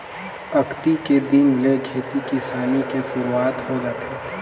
अक्ती के दिन ले खेती किसानी के सुरूवात हो जाथे